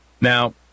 Now